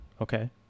okay